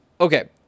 okay